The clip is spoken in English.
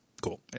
Cool